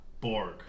Borg